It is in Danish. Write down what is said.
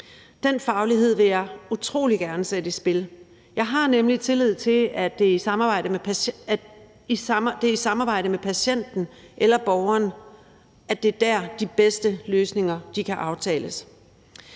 Den faglighed vil jeg utrolig gerne sætte i spil. Jeg har nemlig tillid til, at det er i samarbejde med patienten eller borgeren, at de bedste løsninger kan aftales.